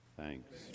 Thanks